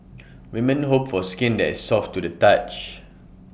women hope for skin that is soft to the touch